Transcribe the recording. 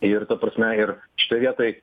ir ta prasme ir šitoj vietoj